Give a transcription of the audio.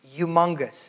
Humongous